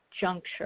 juncture